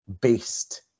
based